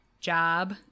job